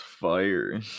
fire